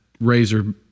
razor